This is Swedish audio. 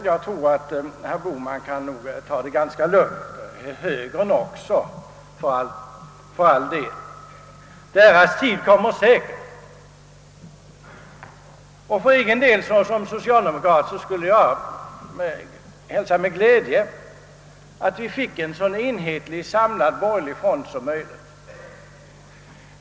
Jag tror alltså att herr Bohman och även högerpartiet för övrigt kan ta det ganska lugnt. Deras tid kommer säkerligen. Som socialdemokrat skulle jag med glädje hälsa en enhetlig och samlad borgerlig front.